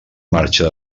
marxa